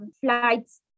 flights